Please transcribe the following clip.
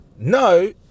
No